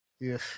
Yes